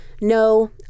No